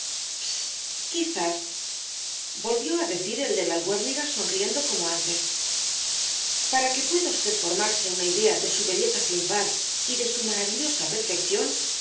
quizás volvió á decir el de la albuérniga sonriendo como antes para que pueda usted formarse una idea de su belleza sin par y de su maravillosa perfección